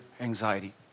anxiety